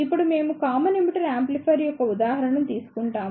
ఇప్పుడు మేము common emitter amplifier యొక్క ఉదాహరణను తీసుకుంటాము